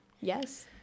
yes